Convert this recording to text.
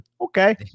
Okay